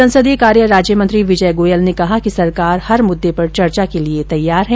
संसदीय कार्य राज्यमंत्री विजय गोयल ने कहा कि सरकार हर मुद्दे पर चर्चा के लिए तैयार है